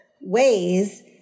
ways